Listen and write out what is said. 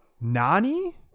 Nani